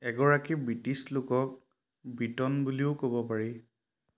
এগৰাকী ব্ৰিটিছ লোকক ব্ৰিটন বুলিও ক'ব পাৰি